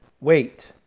Wait